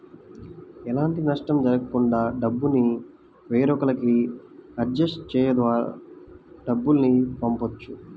ఎలాంటి నష్టం జరగకుండా డబ్బుని వేరొకల్లకి ఆర్టీజీయస్ ద్వారా డబ్బుల్ని పంపొచ్చు